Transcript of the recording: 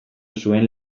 zuen